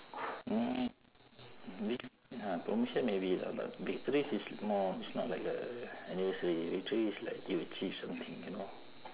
mm promotion maybe lah but victories is more is not like uh anniversary victory is like you achieved something you know